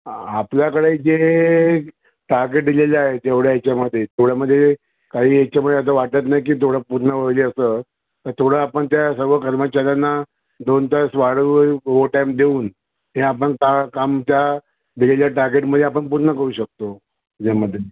आपल्याकडे जे टार्गेट दिलेलं आहेत तेवढ्या याच्यामध्ये तेवढ्यामध्ये काही याच्यामध्ये आतां वाटत नाही की थोडं पूर्ण होईल असं तर थोडं आपण त्या सर्व कर्माचाऱ्यांना दोन तास वाढवून ओवर टाईम देऊन ते आपण का काम त्या दिलेल्या टार्गेटमध्ये आपण पूर्ण करू शकतो ज्यामधून